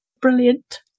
Brilliant